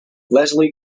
lesley